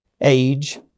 age